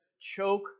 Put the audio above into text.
choke